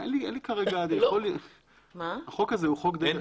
אין לי כרגע, החוק הזה הוא חוק די ראשוני.